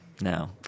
No